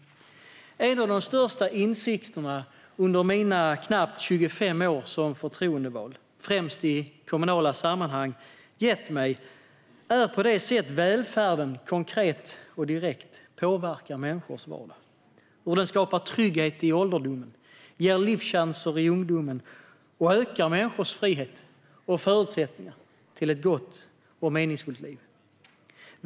En av de största insikterna som mina knappt 25 år som förtroendevald främst i kommunala sammanhang har gett mig är hur välfärden, konkret och direkt, påverkar människors vardag - hur den skapar trygghet i ålderdomen, ger livschanser i ungdomen och ökar människors frihet och förutsättningar till ett gott och meningsfullt liv.